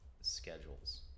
schedules